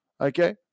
Okay